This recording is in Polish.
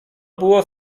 było